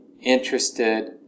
interested